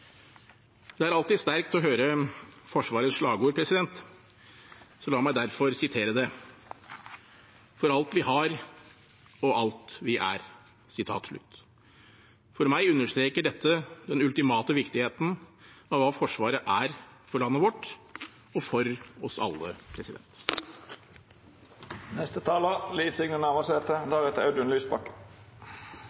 Det er alltid sterkt å høre Forsvarets slagord, så la meg derfor sitere det: «For alt vi har. Og alt vi er.» For meg understreker dette den ultimate viktigheten av hva Forsvaret er for landet vårt, og for oss alle.